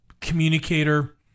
communicator